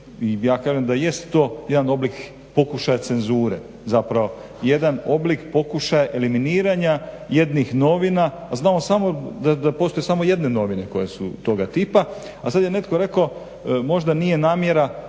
ja kažem da jest to jedan oblik pokušaja cenzure, zapravo jedan oblik pokušaja eliminiranja jednih novina, a znamo da postoje samo jedne novine koje su toga tipa, a sad je netko rekao možda nije namjera,